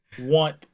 want